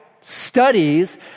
studies